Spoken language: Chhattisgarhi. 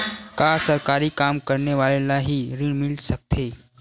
का सरकारी काम करने वाले ल हि ऋण मिल सकथे?